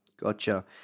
Gotcha